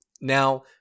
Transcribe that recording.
Now